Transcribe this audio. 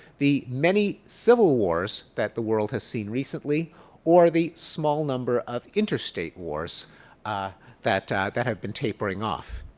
the many civil wars that the world has seen recently or the small number of interstate wars ah that that have been tapering off?